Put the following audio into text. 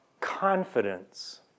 confidence